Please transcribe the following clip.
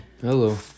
Hello